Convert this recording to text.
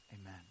amen